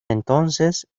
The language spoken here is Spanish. entonces